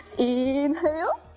inhale,